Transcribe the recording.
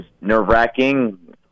nerve-wracking